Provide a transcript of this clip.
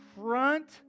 front